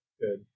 good